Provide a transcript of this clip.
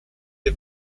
des